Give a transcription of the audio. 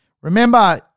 remember